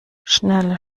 schnelle